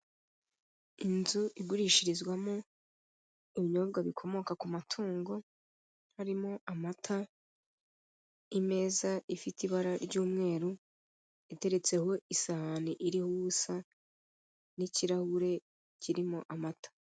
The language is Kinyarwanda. Inzu igurishirizwamo ibinyobwa bikomoka ku matungo harimo amata. Imeza ifite ibara ry'umweru iteretseho isahane iriho ubusa, n' ikirahure kirimo amata.